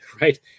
right